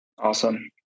Awesome